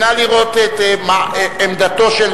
נא לראות את עמדתו של